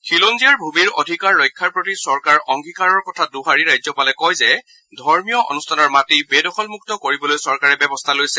খিলঞ্জীয়াৰ ভূমিৰ অধিকাৰ ৰক্ষাৰ প্ৰতি চৰকাৰৰ অংগীকাৰৰ কথা দোহাৰি ৰাজ্যপালে কয় যে ধৰ্মীয় অনুষ্ঠানৰ মাটি বেদখলমুক্ত কৰিবলৈ চৰকাৰে ব্যৱস্থা লৈছে